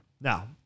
Now